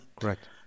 correct